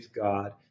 God